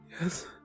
Yes